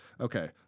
Okay